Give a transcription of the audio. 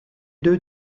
deux